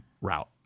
route